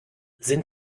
sind